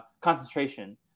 concentration